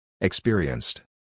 Experienced